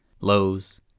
lows